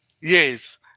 Yes